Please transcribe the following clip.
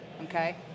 Okay